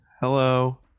Hello